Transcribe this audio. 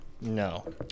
No